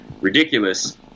ridiculous